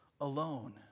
alone